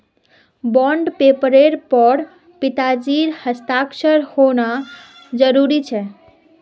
bond पेपरेर पर पिताजीर हस्ताक्षर होना जरूरी छेक